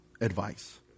advice